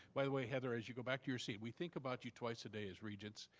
by the way, heather, as you go back to your seat. we think about you twice a day as regents,